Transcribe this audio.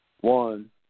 One